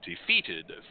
defeated